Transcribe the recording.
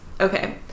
okay